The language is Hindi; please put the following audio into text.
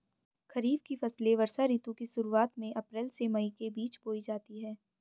खरीफ की फसलें वर्षा ऋतु की शुरुआत में अप्रैल से मई के बीच बोई जाती हैं